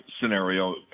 scenario